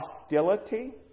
hostility